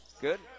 Good